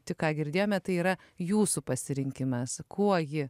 tik ką girdėjome tai yra jūsų pasirinkimas kuo ji